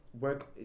work